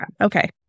okay